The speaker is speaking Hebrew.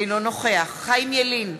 אינו נוכח חיים ילין,